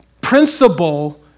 principle